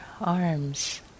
arms